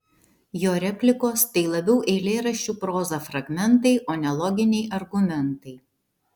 jo replikos tai labiau eilėraščių proza fragmentai o ne loginiai argumentai